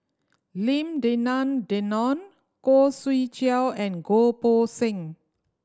Lim Denan Denon Khoo Swee Chiow and Goh Poh Seng